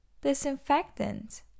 Disinfectant